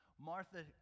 Martha